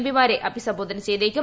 P മാരെ അഭിസംബോധന ചെയ്തേക്കും